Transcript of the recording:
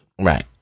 Right